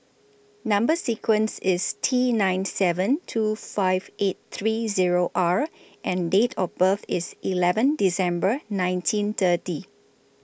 Number sequence IS T nine seven two five eight three Zero R and Date of birth IS eleven December nineteen thirty